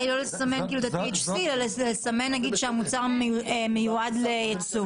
היא לא לסמן את ה-THC אלא לסמן שהמוצר מיועד לייצוא.